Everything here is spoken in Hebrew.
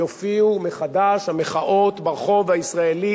יופיעו מחדש המחאות ברחוב הישראלי,